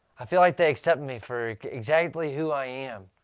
i feel like they accept me for exactly who i am.